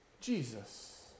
Jesus